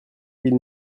ville